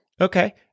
Okay